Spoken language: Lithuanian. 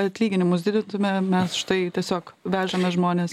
atlyginimus didintume mes štai tiesiog vežame žmones